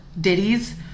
ditties